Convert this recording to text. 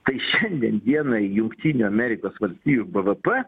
tai šiandien dienai jungtinių amerikos valstijų bvp